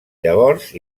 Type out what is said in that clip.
llavors